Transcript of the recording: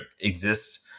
exists